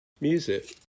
music